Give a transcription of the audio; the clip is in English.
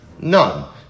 none